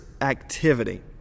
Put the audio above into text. activity